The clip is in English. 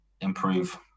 improve